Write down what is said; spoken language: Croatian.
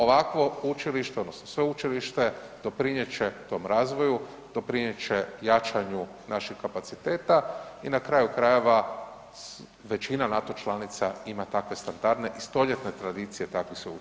Ovakvo učilište odnosno sveučilište doprinjet će tom razvoju, doprinjet će jačanju naših kapaciteta i na kraju krajeva većina NATO članica ima takve standardne i stoljetne tradicije takvih sveučilišta.